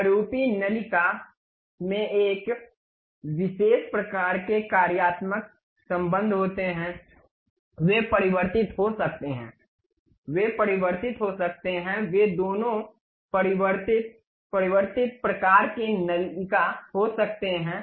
प्ररूपी नलिका में एक विशेष प्रकार के कार्यात्मक संबंध होते हैं वे परिवर्तित हो सकते हैं वे परिवर्तित हो सकते हैं वे दोनों परिवर्तित परिवर्तित प्रकार के नलिका हो सकते हैं